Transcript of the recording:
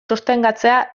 sostengatzea